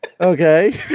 Okay